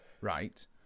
Right